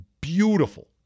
Beautiful